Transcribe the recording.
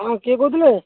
ଆଜ୍ଞା କିଏ କହୁଥିଲେ